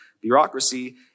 Bureaucracy